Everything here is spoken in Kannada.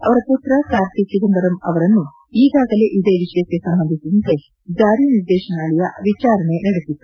ಅವರ ಪುತ್ರ ಕಾರ್ತಿ ಚದಂಬರಂ ಅವರನ್ನು ಈಗಾಗಲೇ ಇದೇ ವಿಷಯಕ್ಷೆ ಸಂಬಂಧಿಸಿದಂತೆ ಜಾರಿ ನಿರ್ದೇಶನಾಲಯ ವಿಚಾರಣೆ ನಡೆಸಿತ್ತು